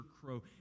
crow